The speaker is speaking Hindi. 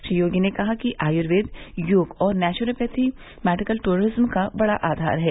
श्री योगी ने कहा कि आयूर्वेद योग और नैच्रोपैथी मेडिकल ट्रिज्म का बड़ा आघार हैं